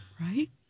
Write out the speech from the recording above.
Right